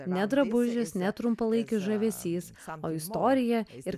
ne drabužis ne trumpalaikis žavesys o istorija ir